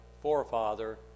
forefather